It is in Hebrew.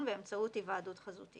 האם יו"ר הוועדה יגיד